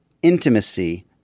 intimacy